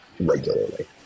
regularly